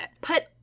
Put